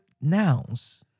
nouns